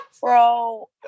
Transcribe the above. bro